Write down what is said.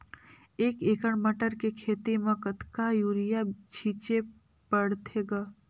एक एकड़ मटर के खेती म कतका युरिया छीचे पढ़थे ग?